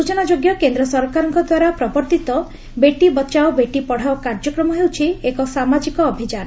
ସୂଚନା ଯୋଗ୍ୟ କେନ୍ଦ୍ର ସରକାରଙ୍କ ଦ୍ୱାରା ପ୍ରବର୍ତ୍ତିତ ବେଟି ବଚାଓ ବେଟି ପଢ଼ାଓ କାର୍ଯ୍ୟକ୍ରମ ହେଉଛି ଏକ ସାମାଜିକ ଅଭିଯାନ